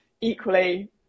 Equally